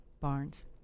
Barnes